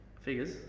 Figures